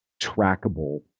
trackable